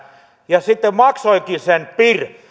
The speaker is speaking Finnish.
ja sitten maksoinkin sen pir